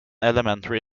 elementary